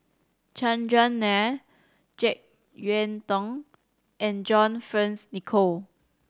Chandran Nair Jek Yeun Thong and John Fearns Nicoll